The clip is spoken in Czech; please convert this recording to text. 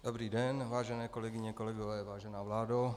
Dobrý den, vážené kolegyně, kolegové, vážená vládo.